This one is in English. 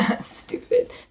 Stupid